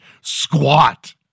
squat